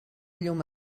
llum